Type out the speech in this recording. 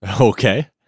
Okay